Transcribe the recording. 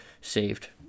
saved